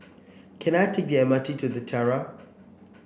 can I take the M R T to The Tiara